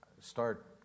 Start